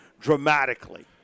dramatically